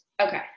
Okay